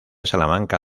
salamanca